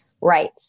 Right